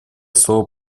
слово